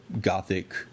gothic